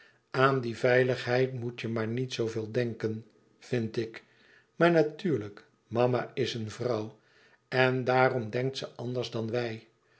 aan die veiligheid moet je maar niet zooveel denken vind ik maar natuurlijk mama is een vrouw en daarom denkt ze anders dan wij